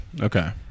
Okay